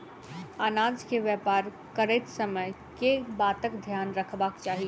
अनाज केँ व्यापार करैत समय केँ बातक ध्यान रखबाक चाहि?